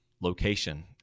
location